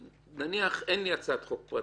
נניח שאין לי הצעת חוק פרטית,